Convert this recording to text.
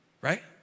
Right